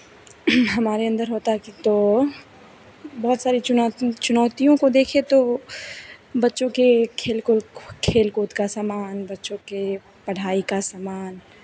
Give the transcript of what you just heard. हमारे अंदर होता तो बहुत सारी चुनौ चुनौतियों को देखें तो बच्चों के खेलकूद खेलकूद का सामान बच्चों के पढ़ाई का सामान